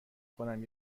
کنم